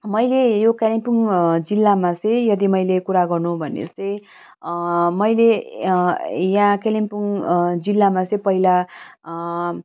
मैले यो कालिम्पोङ जिल्लामा चाहिँ यदि मैले कुरा गर्नु भने चाहिँ मैले यहाँ कालिम्पोङ जिल्लामा चाहिँ पहिला